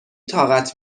طاقت